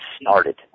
started